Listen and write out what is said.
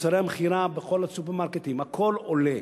מוצרי המכירה בכל הסופרמרקטים, הכול עולה.